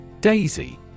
Daisy